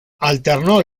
alternó